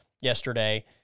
yesterday